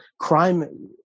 crime